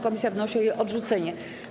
Komisja wnosi o jej odrzucenie.